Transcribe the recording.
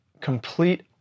complete